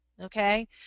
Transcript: Okay